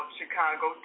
Chicago